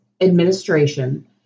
administration